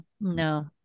no